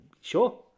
Sure